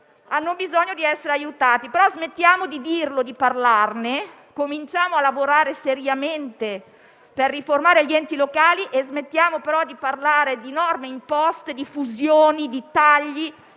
hanno bisogno di essere aiutati, che si smetta di parlarne e si cominci a lavorare seriamente per riformare gli enti locali, smettendo di parlare di norme imposte, di fusioni e di tagli.